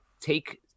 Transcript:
take